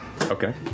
Okay